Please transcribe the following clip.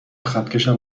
خطکشم